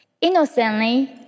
Innocently